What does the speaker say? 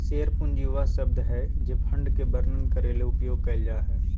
share पूंजी वह शब्द हइ जे फंड के वर्णन करे ले उपयोग कइल जा हइ